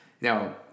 Now